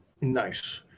Nice